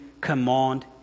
command